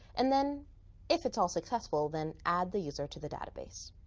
and then if it's all successful, then add the user to the database.